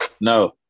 No